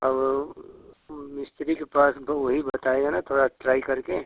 और मिस्त्री के पास तो वही बताएगा न थोड़ा ट्राई करके